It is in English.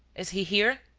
is he here?